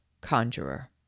conjurer